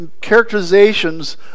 characterizations